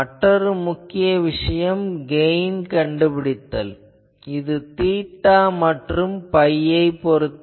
மற்றொரு முக்கியமான விஷயம் கெயின் கண்டுபிடித்தல் இது தீட்டா மற்றும் phi ஐப் பொறுத்தது